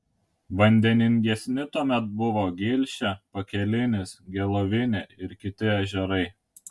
vandeningesni tuomet buvo gilšė pakelinis gelovinė ir kiti ežerai